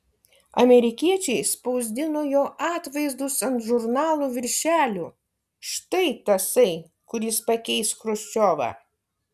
amerikiečiai spausdino jo atvaizdus ant žurnalų viršelių štai tasai kuris pakeis chruščiovą